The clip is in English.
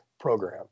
program